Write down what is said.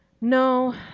No